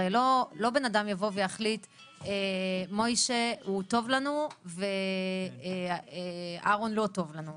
הרי לא בן אדם יבוא ויחליט 'משה הוא טוב לנו ואהרון לא טוב לנו'.